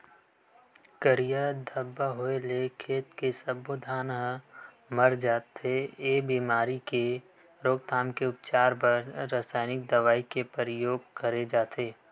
करिया धब्बा होय ले खेत के सब्बो धान ह मर जथे, ए बेमारी के रोकथाम के उपचार बर रसाइनिक दवई के परियोग करे जाथे